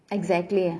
exactly